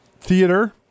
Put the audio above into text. theater